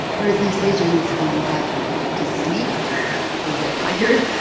whereas east asians are more likely to sleep because they're tired,